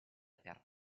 per